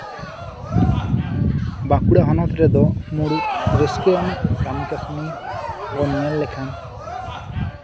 ᱵᱟᱸᱠᱩᱲᱟ ᱦᱚᱱᱚᱛ ᱨᱮᱫᱚ ᱢᱩᱬᱩᱛ ᱨᱟᱹᱥᱠᱟᱹ ᱟᱱᱟᱜ ᱠᱟᱢᱤᱼᱠᱟᱥᱱᱤ ᱵᱚᱱ ᱧᱮᱞ ᱞᱮᱠᱷᱟᱱ